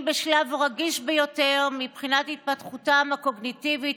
בשלב רגיש ביותר מבחינת התפתחותם הקוגניטיבית,